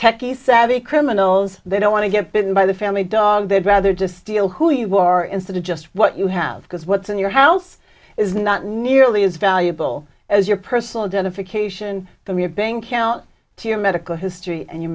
techie savvy criminals they don't want to get bitten by the family dog they'd rather just steal who you are instead of just what you have because what's in your house is not nearly as valuable as your personal identification from your bank account to your medical history and your